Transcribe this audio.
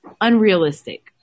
Unrealistic